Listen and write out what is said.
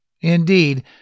Indeed